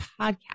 podcast